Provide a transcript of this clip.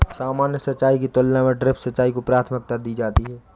सामान्य सिंचाई की तुलना में ड्रिप सिंचाई को प्राथमिकता दी जाती है